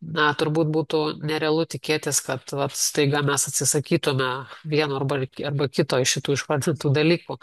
na turbūt būtų nerealu tikėtis kad staiga mes atsisakytume vieno arba arba kito iš šitų išvardintų dalykų